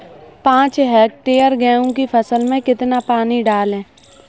पाँच हेक्टेयर गेहूँ की फसल में कितना पानी डालें?